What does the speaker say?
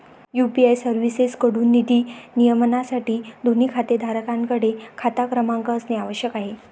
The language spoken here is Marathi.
यू.पी.आय सर्व्हिसेसएकडून निधी नियमनासाठी, दोन्ही खातेधारकांकडे खाता क्रमांक असणे आवश्यक आहे